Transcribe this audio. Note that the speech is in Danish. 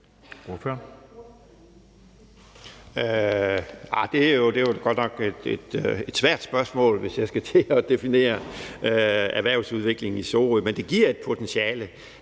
Det er godt nok et svært spørgsmål, hvis jeg skal til at definere erhvervsudviklingen i Sorø, men det giver et potentiale,